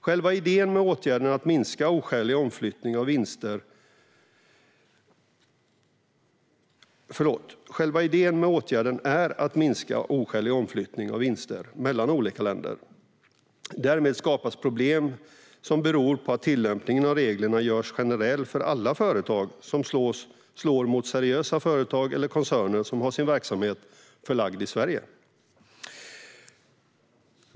Själva idén med åtgärden är att minska oskälig omflyttning av vinster mellan olika länder. Därmed skapas problem, som beror på att tillämpningen av reglerna görs generell för alla företag, som slår mot seriösa företag eller koncerner som har sin verksamhet förlagd i Sverige.